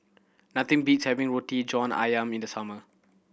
nothing beats having Roti John Ayam in the summer